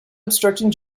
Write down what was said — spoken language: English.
obstructing